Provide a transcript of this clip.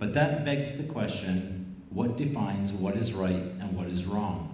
but that begs the question what defines what is right and what is wrong